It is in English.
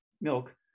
milk